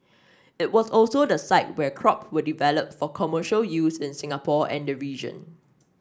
it was also the site where crop were developed for commercial use in Singapore and the region